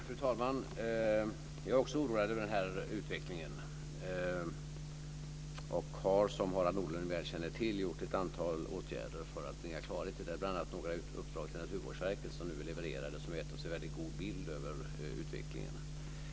Fru talman! Jag är också oroad över denna utveckling och har, som Harald Nordlund väl känner till, vidtagit ett antal åtgärder för att bringa klarhet i det. Det har bl.a. gällt några uppdrag till Naturvårdsverket, som nu är levererade, som har gett oss en väldigt god bild av utvecklingen.